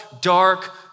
dark